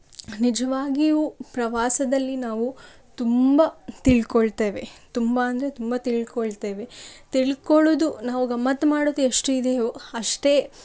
ನಿಜವಾಗಿಯೂ ಪ್ರವಾಸದಲ್ಲಿ ನಾವು ತುಂಬ ತಿಳ್ಕೊಳ್ತೇವೆ ತುಂಬ ಅಂದರೆ ತುಂಬ ತಿಳ್ಕೊಳ್ತೇವೆ ತಿಳ್ಕೊಳ್ಳೋದು ನಾವು ಗಮ್ಮತ್ತು ಮಾಡೋದೆಷ್ಟಿದೆಯೋ ಅಷ್ಟೇ